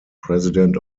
president